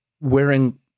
wearing